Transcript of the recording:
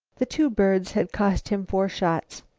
the two birds had cost him four shots.